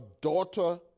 daughter